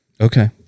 Okay